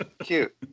cute